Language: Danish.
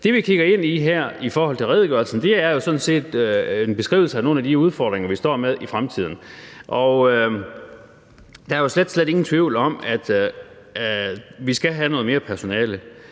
Det, vi kigger ind i her i forhold til redegørelsen, er jo sådan set en beskrivelse af nogle af de udfordringer, vi står med i fremtiden. Og der er jo slet, slet ingen tvivl om, at vi skal have noget mere personale.